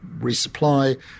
resupply